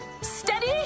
steady